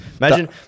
Imagine